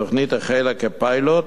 התוכנית החלה כפיילוט,